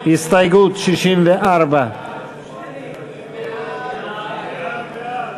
הסתייגות 64. ההסתייגות של קבוצת סיעת